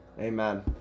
Amen